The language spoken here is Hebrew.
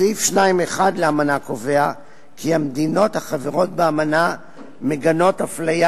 סעיף 2(1) לאמנה קובע כי המדינות החברות באמנה מגנות אפליה